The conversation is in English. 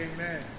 Amen